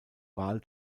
wahl